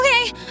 Okay